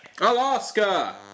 Alaska